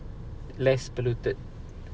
less polluted